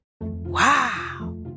Wow